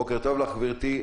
גברתי,